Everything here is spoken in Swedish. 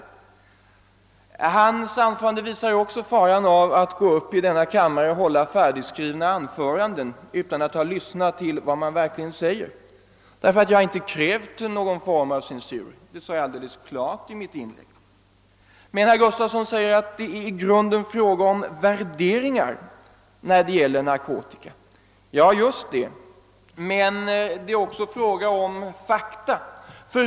Herr Gustavssons anförande visar också faran av att här i kammaren hål la färdigskrivna anföranden utan att ha lyssnat till vad meddebattörerna verkligen säger. Jag har inte krävt någon form av censur — det sade jag alldeles klart i mitt förra inlägg. Herr Gustavsson sade att det i grunden är fråga om värderingar när det gäller narkotika. Ja, just det, men det är också fråga om fakta.